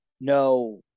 no